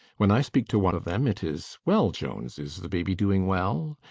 when i speak to one of them it is well, jones, is the baby doing well?